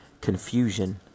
confusion